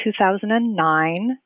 2009